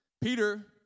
Peter